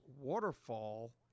waterfall